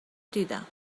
دیدم